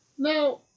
Now